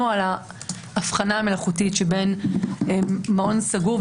על ההבחנה המלאכותית שבין מעון סגור,